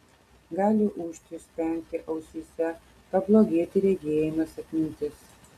gali ūžti spengti ausyse pablogėti regėjimas atmintis